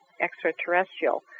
extraterrestrial